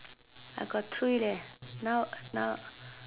I got three leh now now